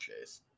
chase